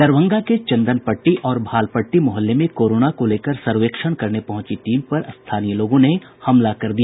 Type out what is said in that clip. दरभंगा के चंदनपट्टी और भालपट्टी मोहल्ले में कोरोना को लेकर सर्वेक्षण करने पहुंची टीम पर स्थानीय लोगों ने हमला कर दिया